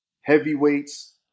heavyweights